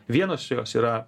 vienos jos yra